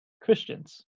Christians